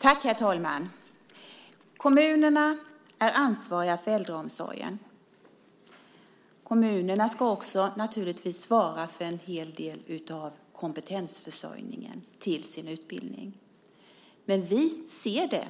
Herr talman! Kommunerna är ansvariga för äldreomsorgen. Kommunerna ska naturligtvis också svara för en hel del av sin kompetensförsörjning. Men vi tycker att det